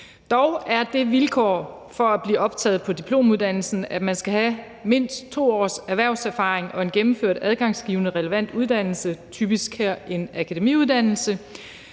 Dog er det vilkår for at blive optaget på diplomuddannelsen, at man skal have mindst 2 års erhvervserfaring og en gennemført adgangsgivende relevant uddannelse, her typisk en akademiuddannelse.